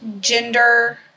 gender